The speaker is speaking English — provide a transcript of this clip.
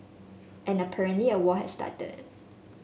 and apparently a war has started